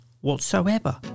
whatsoever